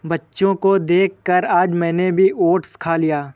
बच्चों को देखकर आज मैंने भी ओट्स खा लिया